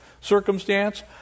circumstance